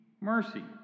mercy